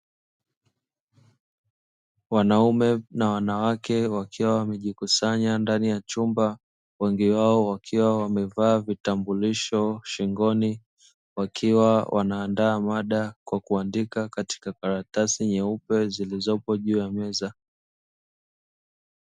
Wanaume na wanawake wakiwa wamejikusanya ndani ya chumba, wengi wao wakiwa wamevaa vitambulisho shingoni; wakiwa wanandaa maada kwa kuandika katika karatasi nyeupe zilizopo juu ya meza.